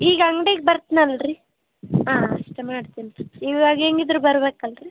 ಈಗ ಅಂಗ್ಡಿಗೆ ಬರ್ತೀನಲ್ರಿ ಹಾಂ ಅಷ್ಟು ಮಾಡ್ತೀನ್ರಿ ಇವಾಗ ಹೇಗಿದ್ರು ಬರಬೇಕಲ್ರಿ